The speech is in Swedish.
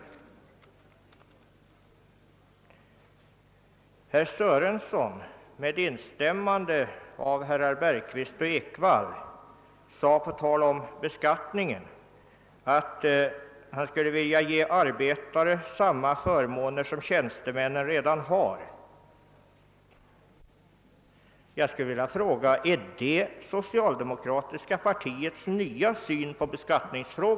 I fråga om beskattningen sade herr Sörenson — med instämmande av herrar Bergqvist och Ekvall — att han skulle vilja ge arbetarna samma förmåner som tjänstemännen redan har. Då vill jag fråga om det är socialdemokratiska partiets nya syn på beskattningsfrågorna.